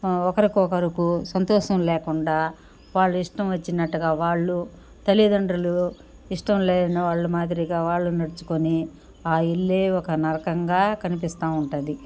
ఒకరికొకరుకూ సంతోషం లేకుండా వాళ్లు ఇష్టం వచ్చినట్టుగా వాళ్ళు తల్లిదండ్రులు ఇష్టం లేని వాళ్ళు మాదిరిగా వాళ్ళు నడుచుకొని ఆ ఇల్లే ఒక నరకంగా కనిపిస్తా ఉంటుంది